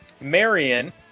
Marion